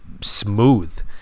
smooth